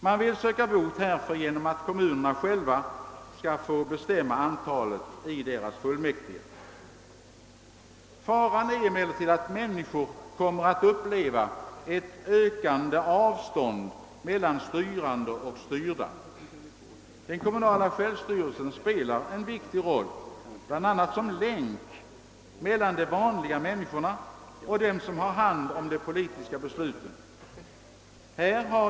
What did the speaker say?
Man vill nu söka råda bot härför genom att låta kommunerna själva få bestämma antalet medlemmar i sina fullmäktige. Faran är att medborgarna kommer att uppleva ett ökande avstånd mellan styrande och styrda. Den kommunala självstyrelsen spelar en viktig roll bl.a. som länk mellan de vanliga människorna och dem som har hand om de politiska besluten.